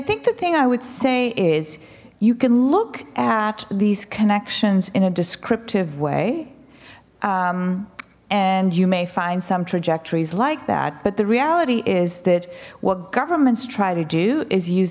think the thing i would say is you can look at these connections in a descriptive way and you may find some trajectories like that but the reality is that what governments try to do is use